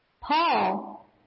Paul